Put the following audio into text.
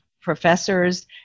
professors